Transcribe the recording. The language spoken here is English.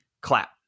clap